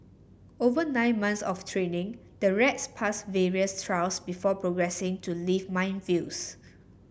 over nine months of training the rats pass various trials before progressing to live minefields